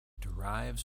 derives